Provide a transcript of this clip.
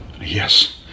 Yes